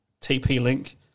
TP-Link